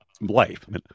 life